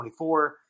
24